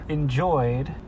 enjoyed